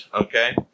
Okay